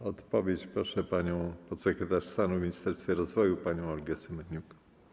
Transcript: O odpowiedź proszę podsekretarz stanu w ministerstwie rozwoju panią Olgę Semeniuk.